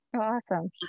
Awesome